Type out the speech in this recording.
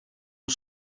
nhw